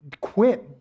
Quit